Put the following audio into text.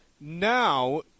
Now